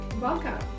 Welcome